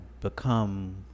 become